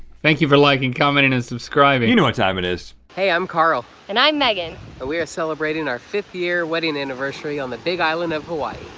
thank you for liking, commenting and subscribing. you know what time it is. hey i'm carl. and i'm megan. and we are celebrating our fifth year wedding anniversary on the big island of hawaii.